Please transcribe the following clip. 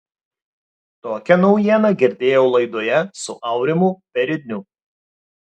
tokią naujieną girdėjau laidoje su aurimu peredniu